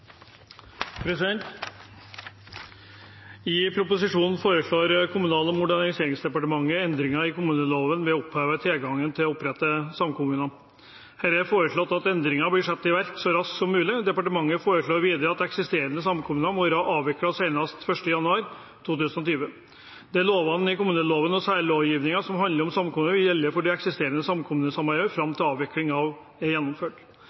I proposisjonen foreslår Kommunal- og moderniseringsdepartementet endringer i kommuneloven ved å oppheve tilgangen til å opprette samkommuner. Det er foreslått at endringen blir satt i verk så raskt som mulig. Departementet foreslår videre at eksisterende samkommuner må være avviklet senest 1. januar 2020. De lovbestemmelsene i kommuneloven og særlovgivningen som handler om samkommuner, vil gjelde for de eksisterende samkommunesamarbeidene fram til avviklingen er gjennomført.